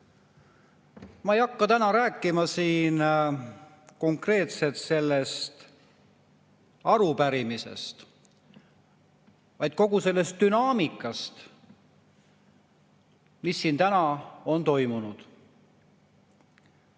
Ma ei hakka rääkima siin konkreetselt sellest arupärimisest, vaid räägin kogu sellest dünaamikast, sellest, mis siin täna on toimunud.